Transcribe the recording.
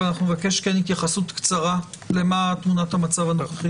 אבל כן נבקש התייחסות קצרה לתמונת המצב הנוכחית.